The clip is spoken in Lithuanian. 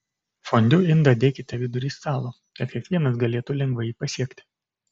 fondiu indą dėkite vidury stalo kad kiekvienas galėtų lengvai jį pasiekti